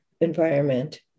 environment